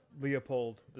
Leopold